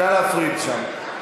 נא להפריד שם.